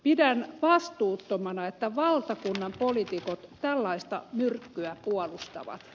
pidän vastuuttomana että valtakunnan poliitikot tällaista myrkkyä puolustavat